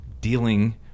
dealing